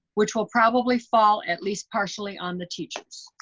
which will probably fall, at least, partially on the teachers.